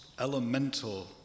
elemental